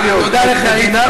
תודה לך, איציק.